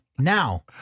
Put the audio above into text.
Now